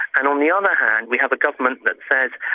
and on the other hand we have a government that says,